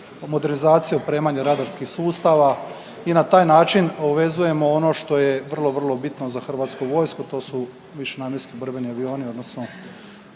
modernizacije i opremanja radarskih sustava i na taj način uvezujemo ono što je vrlo vrlo bitno za HV, to su višenamjenski borbeni avioni odnosno